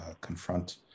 confront